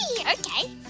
Okay